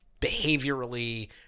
behaviorally